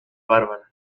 bárbara